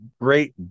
great